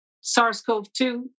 SARS-CoV-2